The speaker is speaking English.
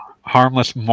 harmless